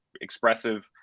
expressive